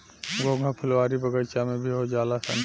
घोंघा फुलवारी बगइचा में भी हो जालनसन